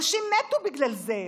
אנשים מתו בגלל זה.